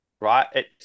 right